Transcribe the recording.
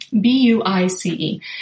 B-U-I-C-E